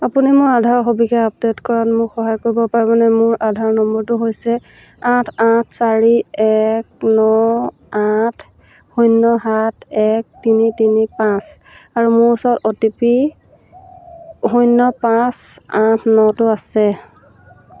আপুনি মোৰ আধাৰৰ সবিশেষ আপডেট কৰাত মোক সহায় কৰিব পাৰিবনে মোৰ আধাৰ নম্বৰটো হৈছে আঠ আঠ চাৰি এক ন আঠ শূন্য সাত এক তিনি তিনি পাঁচ আৰু মোৰ ওচৰত অ' টি পি শূন্য পাঁচ আঠ নটো আছে